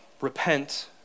repent